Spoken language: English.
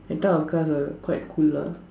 that type of cars are quite cool lah